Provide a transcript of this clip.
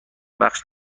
بخش